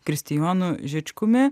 kristijonu žičkumi